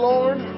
Lord